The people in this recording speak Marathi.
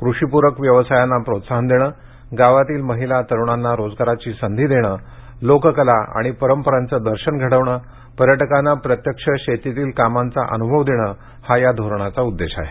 कृषी प्रक व्यवसायांना प्रोत्साहन देणं गावातील महिला तरुणांना रोजगाराची संधी देणं लोककला आणि परंपरांचे दर्शन घडवण पर्यटकांना प्रत्यक्ष शेतीतील कामाचा अनूभव देणं हा या धोरणाचा उद्देश आहे